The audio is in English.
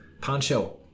Poncho